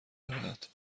دارد